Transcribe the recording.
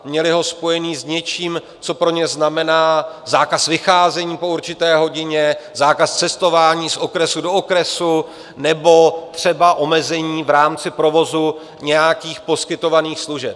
Měli ho spojený s něčím, co pro ně znamená zákaz vycházení po určité hodině, zákaz cestování z okresu do okresu nebo třeba omezení v rámci provozu nějakých poskytovaných služeb.